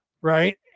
right